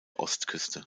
ostküste